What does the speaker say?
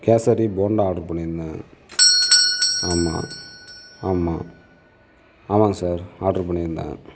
kesari bonda order பண்ணி இருந்தேன் ஆமாம் ஆமாம் ஆமாங்க சார் ஆட்ரு பண்ணி இருந்தேன்